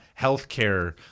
healthcare